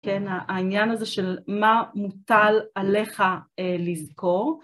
כן, העניין הזה של מה מוטל עליך לזכור.